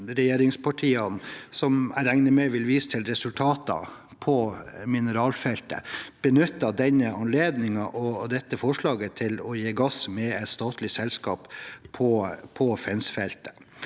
regjeringspartiene, som jeg regner med vil vise til resultater på mineralfeltet, ikke benytter denne anledningen og dette forslaget til å gi gass med et statlig selskap på Fensfeltet.